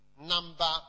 Number